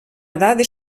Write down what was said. dades